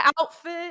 outfit